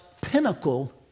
pinnacle